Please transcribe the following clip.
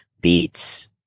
beats